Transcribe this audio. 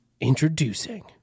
introducing